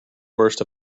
worst